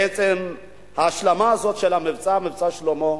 בעצם יש ההשלמה של המבצע הזה, "מבצע שלמה".